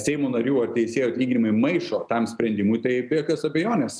seimo narių ar teisėjų atlyginimai maišo tam sprendimui tai be jokios abejonės